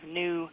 new